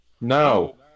No